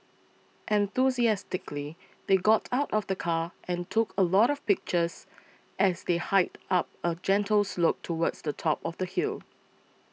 enthusiastically they got out of the car and took a lot of pictures as they hiked up a gentle slope towards the top of the hill